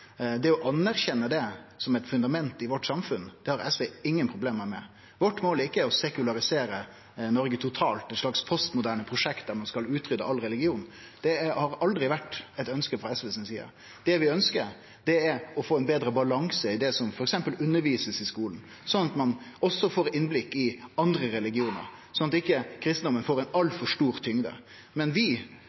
Det å anerkjenne det som eit fundament i vårt samfunn, har SV ingen problem med. Vårt mål er ikkje å sekularisere Noreg totalt, eit slags postmoderne prosjekt der ein skal utrydde all religion. Det har aldri vore eit ønske frå SVs side. Det vi ønskjer, er å få ein betre balanse i det som f.eks. blir undervist i skolen, at ein også får innblikk i andre religionar, at ikkje kristendommen får ei altfor stor tyngd. Men vi ønskjer absolutt ikkje å gjere det sånn at